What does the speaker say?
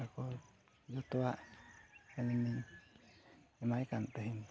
ᱚᱱᱟ ᱠᱚ ᱡᱚᱛᱚᱣᱟᱜ ᱟᱹᱞᱤᱧ ᱞᱤᱧ ᱮᱢᱟᱭ ᱠᱟᱱ ᱛᱟᱦᱮᱱ